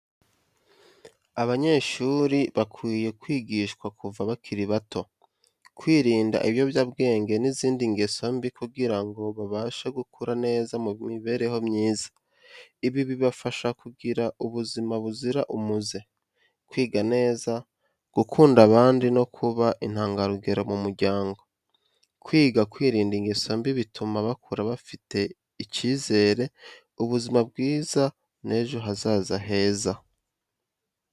Abanyeshuri bakwiye kwigishwa kuva bakiri bato, kwirinda ibiyobyabwenge n’izindi ngeso mbi kugira ngo babashe gukura neza mu mibereho myiza. Ibi bibafasha kugira ubuzima buzira umuze, kwiga neza, gukunda abandi no kuba intangarugero mu muryango. Kwiga kwirinda ingeso mbi bituma bakura bafite icyizere, ubuzima bwiza n’ejo hazaza heza.